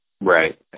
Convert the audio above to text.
Right